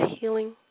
healing